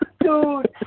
Dude